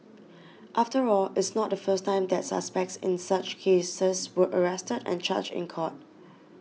after all it's not the first time that suspects in such cases were arrested and charged in court